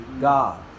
God